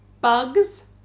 Bugs